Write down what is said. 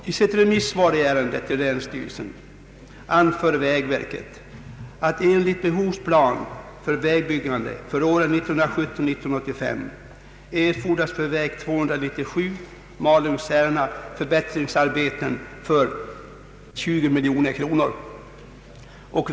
I sitt remissvar i ärendet till länsstyrelsen anför vägverket att enligt behovsplanen för vägbyggande för åren 1970—19853 erfordras för väg 297 Malung—Särna förbättringsarbeten för 20 miljoner kronor.